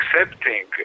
Accepting